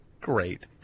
Great